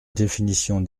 définition